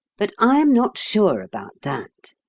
but i am not sure about that.